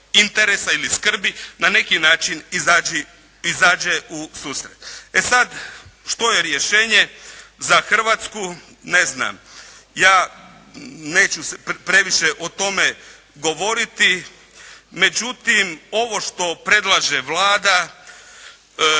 ili skrbi, na neki način izađe u susret. E sada što je rješenje za Hrvatsku? Ne znam, ja neću previše o tome govoriti. Međutim ovo što predlaže Vlada